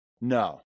No